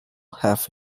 half